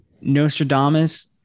Nostradamus